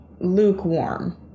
lukewarm